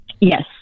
Yes